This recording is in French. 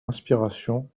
inspiration